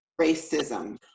Racism